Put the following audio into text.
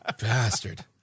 Bastard